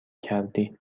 کردی